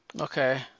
Okay